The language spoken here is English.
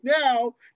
now